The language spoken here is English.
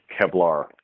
Kevlar